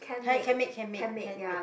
I can make can make can make